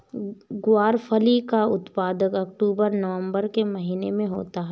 ग्वारफली का उत्पादन अक्टूबर नवंबर के महीने में होता है